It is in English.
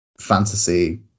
fantasy